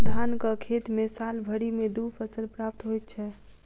धानक खेत मे साल भरि मे दू फसल प्राप्त होइत छै